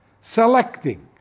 selecting